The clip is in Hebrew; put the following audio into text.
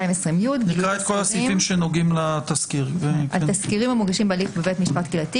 220י.גילוי תסקירים על תסקירים המוגשים בהליך בבית משפט קהילתי